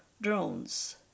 drones